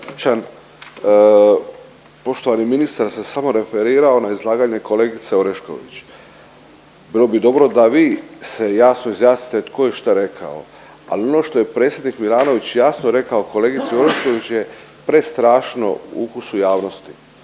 poštovani ministar se samo referirao na izlaganje kolegice Orešković. Bilo bi dobro da vi se jasno izjasnite tko je šta rekao ali ono što je predsjednik Milanović jasno rekao kolegici Orešković je prestrašno ukusu javnosti